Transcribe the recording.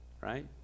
Right